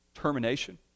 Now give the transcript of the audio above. termination